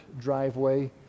driveway